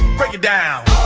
break it down